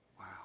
Wow